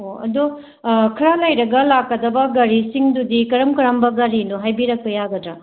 ꯑꯣ ꯑꯗꯣ ꯈꯔ ꯂꯩꯔꯒ ꯂꯥꯛꯀꯗꯕ ꯒꯥꯔꯤꯁꯤꯡꯗꯨꯗꯤ ꯀꯔꯝ ꯀꯔꯝꯕ ꯒꯥꯔꯤꯅꯣ ꯍꯥꯏꯕꯤꯔꯛꯄ ꯌꯥꯒꯗ꯭ꯔꯥ